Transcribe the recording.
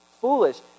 foolish